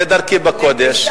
זה דרכי בקודש.